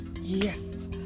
Yes